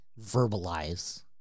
verbalize